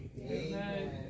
Amen